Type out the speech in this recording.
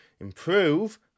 improve